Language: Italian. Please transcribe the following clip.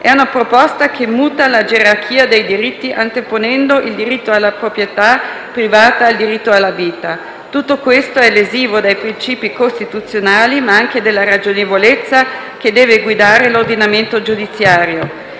È una proposta che muta la gerarchia dei diritti, anteponendo il diritto alla proprietà privata al diritto alla vita. Tutto questo è lesivo dei principi costituzionali, ma anche della ragionevolezza che deve guidare l'ordinamento penale.